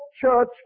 church